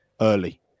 early